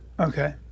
Okay